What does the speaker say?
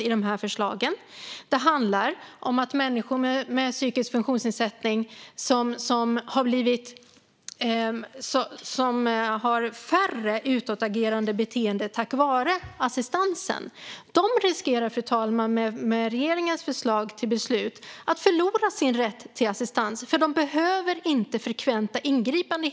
Med regeringens förslag till beslut riskerar människor med en psykisk funktionsnedsättning som tack vare assistansen har färre utåtagerande beteenden att förlora sin rätt till assistans, eftersom de inte behöver frekventa ingripanden.